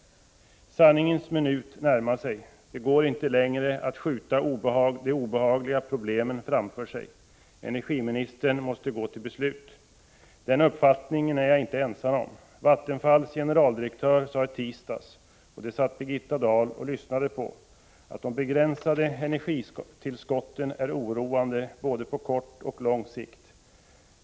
Sanningens minut närmar sig. Det går inte längre att skjuta de obehagliga problemen framför sig. Energiministern måste gå till beslut. Denna uppfattning är jag inte ensam om. Vattenfalls generaldirektör sade i tisdags — och det satt Birgitta Dahl och lyssnade på — att de begränsade energitillskotten är oroande på både kort och lång sikt.